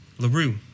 LaRue